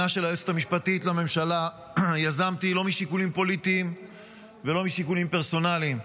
המשפטית לממשלה יזמתי לא משיקולים פוליטיים ולא משיקולים פרסונליים.